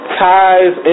ties